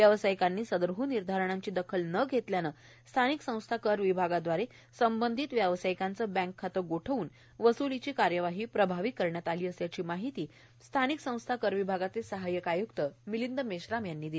व्यावसायिकांनी सदरह निर्धारणांची दखल न घेतल्याने स्थानिक संस्था कर विभागादवारे संबंधित व्यावसायिकांचे बँक खाते गोठवून वस्लीची कार्यवाही प्रभावी करण्यात आली असल्याची माहिती स्थानिक संस्था कर विभागाचे सहायक आयुक्त मिलिंद मेश्राम यांनी दिली